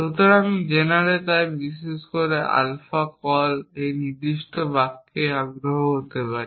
সুতরাং জেনারে তাই বিশেষ করে আমরা আলফা কল একটি নির্দিষ্ট বাক্যে আগ্রহী হতে পারি